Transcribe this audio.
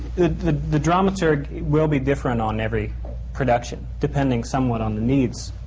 the the dramaturg will be different on every production, depending somewhat on the needs.